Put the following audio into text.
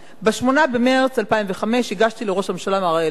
ב-8 במרס 2005 הגשתי לראש הממשלה מר שרון